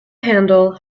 handle